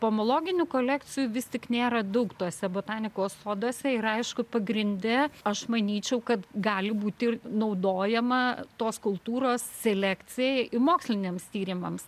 pomologinių kolekcijų vis tik nėra daug tuose botanikos soduose ir aišku pagrinde aš manyčiau kad gali būti ir naudojama tos kultūros selekcijai moksliniams tyrimams